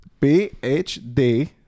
phd